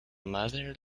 mother